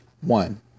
One